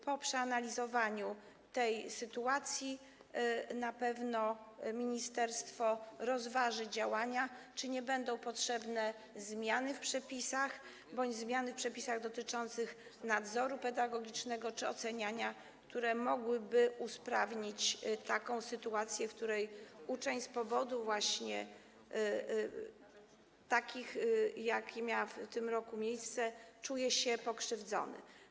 Po przeanalizowaniu tej sytuacji na pewno ministerstwo rozważy działania, rozważy, czy nie będą potrzebne zmiany w przepisach bądź zmiany w przepisach dotyczących nadzoru pedagogicznego czy oceniania, które mogłyby usprawnić taką sytuację, w której uczeń z powodu właśnie takich kwestii, jakie miały w tym roku miejsce, czuje się pokrzywdzony.